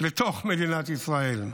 לתוך מדינת ישראל.